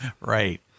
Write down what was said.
Right